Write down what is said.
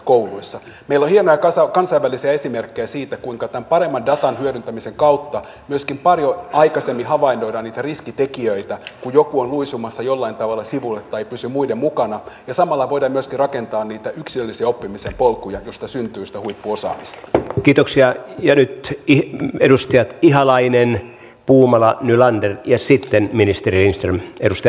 meillä on hienoja kansainvälisiä esimerkkejä siitä kuinka tämän paremman datanhyödyntämisen kautta myöskin paljon aikaisemmin havainnoidaan niitä riskitekijöitä kun joku on luisumassa jollain tavalla sivulle tai ei pysy muiden mukana ja samalla voidaan myöskin rakentaa niitä yksilöllisiä oppimisen polkuja joista syntyy sitä huippuosaamista ja kiitoksia ja nyt i edusti ihalainen puumala nylanderin ja siten ministereistä edusta